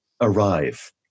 arrive